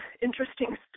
interesting